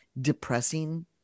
depressing